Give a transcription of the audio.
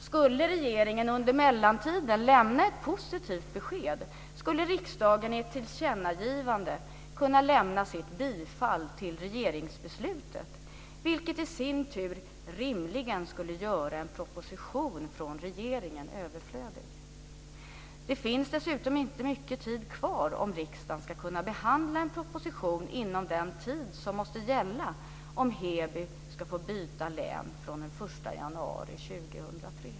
Skulle regeringen under mellantiden lämna ett positivt besked skulle riksdagen i ett tillkännagivande kunna lämna sitt bifall till regeringsbeslutet, vilket i sin tur rimligen skulle göra en proposition från regeringen överflödig. Det finns dessutom inte mycket tid kvar om riksdagen ska kunna behandla en proposition inom den tid som måste gälla om Heby ska få byta län från den 1 januari 2003.